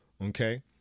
Okay